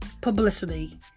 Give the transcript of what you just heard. publicity